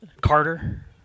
Carter